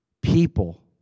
people